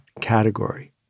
category